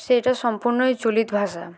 সেটা সম্পূর্ণই চলিত ভাষা